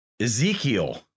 Ezekiel